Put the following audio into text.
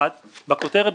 (1) בכותרת,